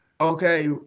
okay